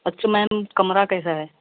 अच्छा मैम कमरा कैसा है